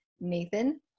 Nathan